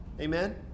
Amen